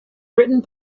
written